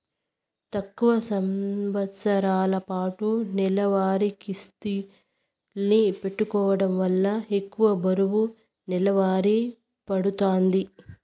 తక్కువ సంవస్తరాలపాటు నెలవారీ కిస్తుల్ని పెట్టుకోవడం వల్ల ఎక్కువ బరువు నెలవారీ పడతాంది